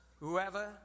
Whoever